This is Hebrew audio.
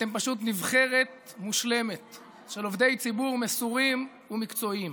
אתם פשוט נבחרת מושלמת של עובדי ציבור מסורים ומקצועיים.